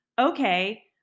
okay